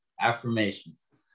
Affirmations